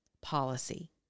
policy